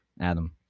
Adam